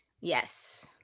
Yes